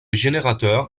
générateur